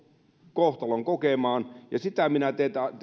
kohtalon kokemaan ja minä